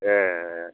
ए